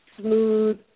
smooth